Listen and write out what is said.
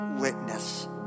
witness